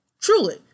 truly